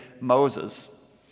Moses